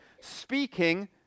speaking